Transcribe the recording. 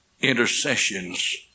intercessions